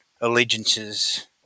allegiances